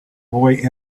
boy